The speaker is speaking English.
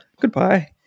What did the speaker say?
Goodbye